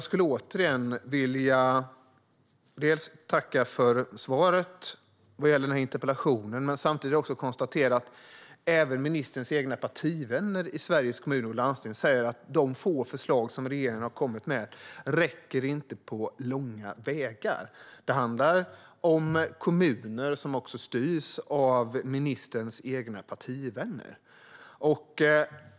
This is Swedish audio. Låt mig tacka för svaret och samtidigt konstatera att ministerns egna partivänner i kommuner och landsting säger att de få förslag som regeringen har kommit med inte räcker på långa vägar. Det gäller även i kommuner som styrs av ministerns egna partivänner.